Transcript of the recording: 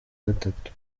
gatatu